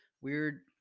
weird